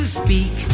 speak